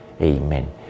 Amen